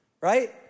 right